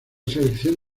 selección